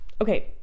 Okay